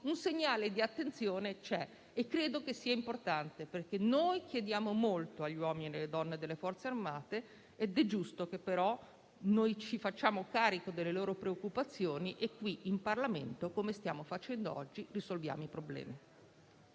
il 2023 e 60 per il 2024. Credo sia importante perché chiediamo molto agli uomini e alle donne delle Forze armate ed è giusto che ci facciamo carico delle loro preoccupazioni e che in Parlamento, come stiamo facendo oggi, risolviamo i problemi.